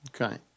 Okay